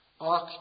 Ox